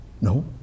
No